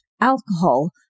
alcohol